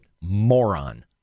moron